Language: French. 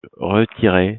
retiré